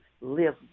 live